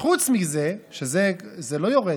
חוץ מזה, שזה לא יורד.